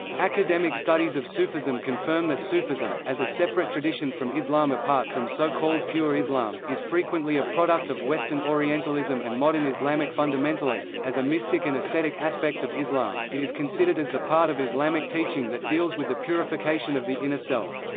academic studies of sufism confirm that sufism, as a separate tradition from islam apart from so-called pure islam, is frequently a product of western orientalism and modern islamic fundamentalists as a mystic and ascetic aspect of islam, it is considered as the part of islamic teaching that deals with the purification of the inner self.